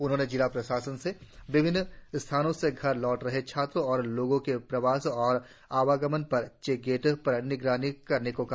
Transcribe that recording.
उन्होंने जिला प्रशासन से विभिन्न स्थानों से घर लौट रहे छात्रों और लोगों के प्रवेश और आवागमन पर चेक गेटों पर निगरानी करने को कहा